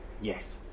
Yes